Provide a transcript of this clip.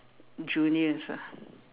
juniors ah